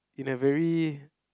in a very